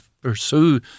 pursue